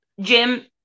jim